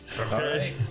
Okay